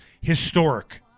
Historic